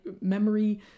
memory